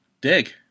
dig